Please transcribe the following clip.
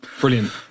brilliant